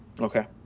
Okay